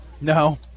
No